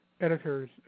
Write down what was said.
editors